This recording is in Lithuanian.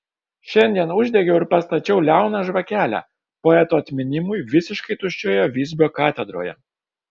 šiandien uždegiau ir pastačiau liauną žvakelę poeto atminimui visiškai tuščioje visbio katedroje